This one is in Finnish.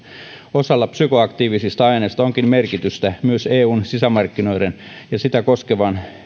osalla psykoaktiivisista aineista onkin merkitystä myös eun sisämarkkinoiden ja sitä koskevan